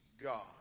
God